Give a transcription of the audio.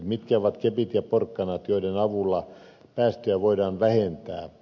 mitkä ovat kepit ja porkkanat joiden avulla päästöjä voidaan vähentää